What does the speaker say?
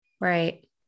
Right